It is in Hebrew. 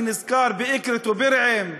אני נזכר באקרית ובירעם.